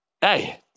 Hey